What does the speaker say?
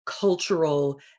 cultural